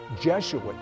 Jesuit